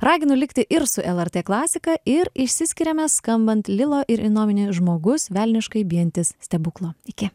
raginu likti ir su lrt klasika ir išsiskiriame skambant lilo ir inomini žmogus velniškai bijantis stebuklo iki